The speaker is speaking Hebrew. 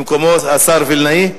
במקומו השר וילנאי?